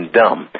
dumb